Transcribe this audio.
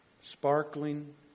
Sparkling